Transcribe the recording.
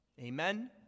Amen